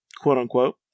quote-unquote